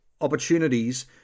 opportunities